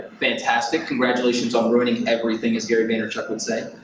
fantastic congratulations on ruining everything, as gary vaynerchuk would say.